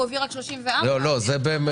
הוא העביר רק 34. לא, זה בתמיכות.